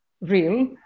real